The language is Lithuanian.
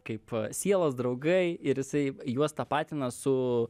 kaip sielos draugai ir jisai juos tapatina su